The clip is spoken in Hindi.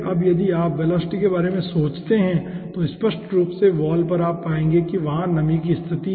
अब यदि आप वेलोसिटी के बारे में सोचते हैं तो स्पष्ट रूप से वाल पर आप पाएंगे कि वहां नमी की स्थिति है